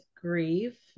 grief